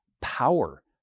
power